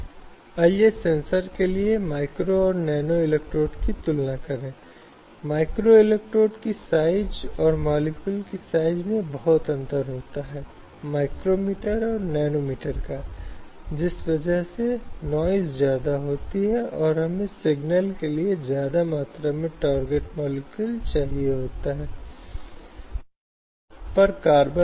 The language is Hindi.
हर दिन जहां एक कार्यस्थल जहां वह पर्याप्त अवधि के लिए काम कर रही होती है उसे कुछ दृष्टिकोणों कुछ व्यवहारों के साथ सहन करना पड़ता है जो उसे असहज कर देता है जिससे उसे कोई परेशानी नहीं होती है या जो उसे अच्छी तरह से होने का खतरा होता है उसे चुपचाप सहन करना है और अपने प्रदर्शन को जारी रखना है